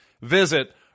Visit